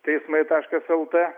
teismai taškas el t